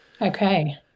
Okay